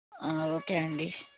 okay అండి